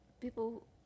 People